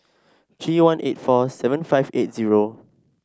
three one eight four seven five eight zero